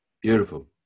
Beautiful